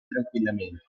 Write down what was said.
tranquillamente